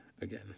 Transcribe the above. again